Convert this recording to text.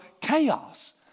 chaos